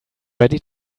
ready